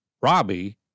Robbie